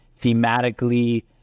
thematically